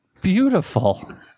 beautiful